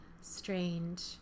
strange